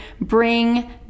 bring